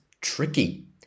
tricky